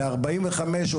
ב-1945,